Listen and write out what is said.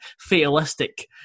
fatalistic